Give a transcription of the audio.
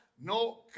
no